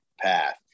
path